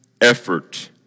effort